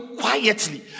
quietly